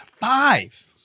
five